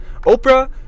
Oprah